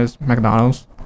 McDonald's